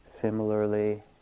Similarly